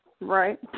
right